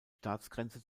staatsgrenze